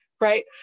right